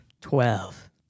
twelve